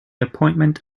appointment